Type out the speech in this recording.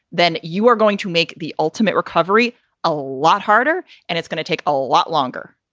then you are going to make the ultimate recovery a lot harder and it's going to take a lot longer